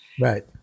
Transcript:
Right